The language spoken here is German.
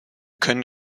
können